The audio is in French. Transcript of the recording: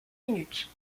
minutes